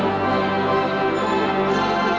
whoa whoa whoa whoa